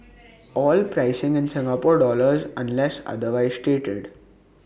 all pricing in Singapore dollars unless otherwise stated